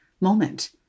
moment